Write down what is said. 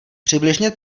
přibližně